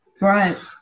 Right